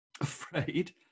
Afraid